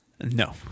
No